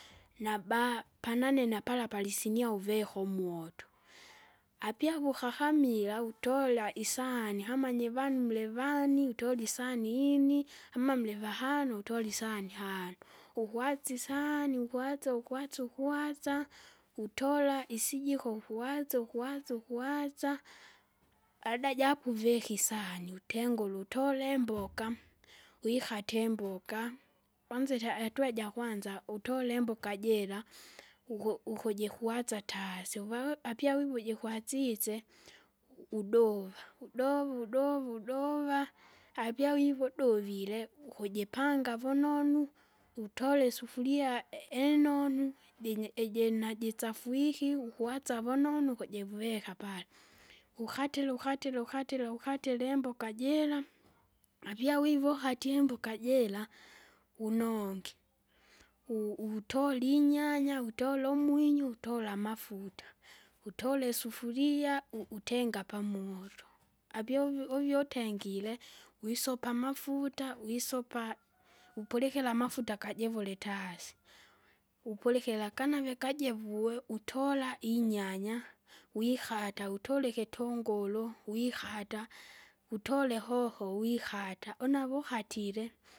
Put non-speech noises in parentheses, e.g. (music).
Naba panane napala palisinia uvika umuoto. Apya vukakamira utola isahani, kama nyivani mulivani, utole isahani ini, kama mulivahano utole isahani ihano, ukwasi saani ukwase ukwase ukwasa. Utola isijiko ukuwatsa ukuwatsa ukuwatsa, baada ja hapo uvika isahani utengule utole emboka, wikate imboka. Kwanza ita- ihatua jakwanza utole imboka jira, uku- ukujikwasa taasi uvawe apyawivuje kwasise, u- udova, udova udova udova, apia wiva udovile ukujipanga vunonu, utole isufuria e- enonu jinye- ijinajitsafwiki, ukwatsa vunonu ukujivuika pala. Ukatile ukatile ukatile ukatile imboka jira, apia wiva ukatie imboka jira, unonge, u- utoli inyanya, witole umwinyo, wuttola amafuta, utole isufuria, u- utenga pamoto, apya uvyo uvyo utengire wisopa amafuta, wisopa (noise) upulikira amafuta gajivule taasi, upulikira akanave kajevue utola inyanya, wikata utole ikitunguru wikata, utole hoho wikata, una avukatile.